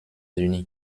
unis